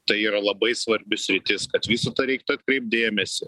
tai yra labai svarbi sritis kad visą tą reiktų atkreipt dėmesį